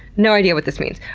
no idea what this means.